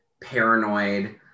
paranoid